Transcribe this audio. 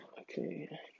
Okay